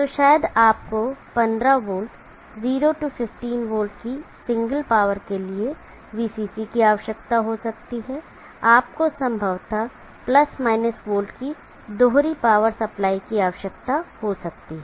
तो शायद आपको 15 वोल्ट 0 15 वोल्ट की सिंगल पावर के लिए VCC की आवश्यकता हो सकती है आपको संभवतः 15 वोल्ट की दोहरी पावर सप्लाई की आवश्यकता हो सकती है